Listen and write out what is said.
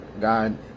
God